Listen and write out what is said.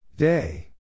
Day